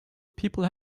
people